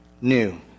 new